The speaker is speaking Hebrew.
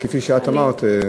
כפי שאת אמרת,